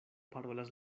parolas